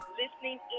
listening